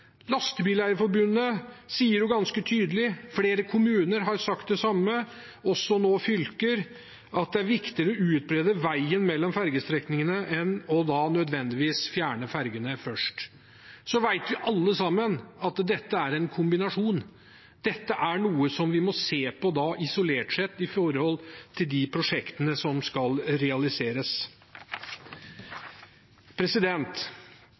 Lastebileierforbundet sier det ganske tydelig, flere kommuner har sagt det samme og nå også fylker, at det er viktigere å utbedre veien mellom fergestrekningene enn, nødvendigvis, å fjerne fergene først. Så vet vi alle sammen at dette er en kombinasjon, at de prosjektene som skal realiseres, er noe vi må se på isolert sett.